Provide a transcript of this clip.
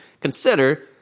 consider